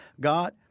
God